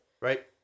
Right